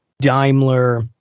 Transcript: Daimler